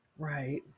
Right